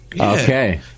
Okay